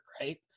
Right